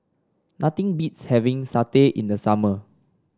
nothing beats having satay in the summer